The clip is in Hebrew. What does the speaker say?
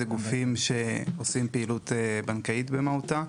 גופים שעושים פעילות בנקאית במהותה.